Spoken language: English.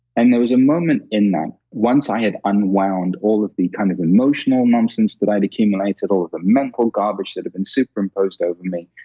and there was a moment in that, once i had unwound all of the kind of emotional nonsense that i'd accumulated, all of the mental garbage that had been superimposed over me,